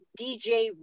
dj